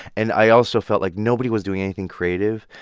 and i also felt like nobody was doing anything creative,